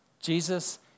Jesus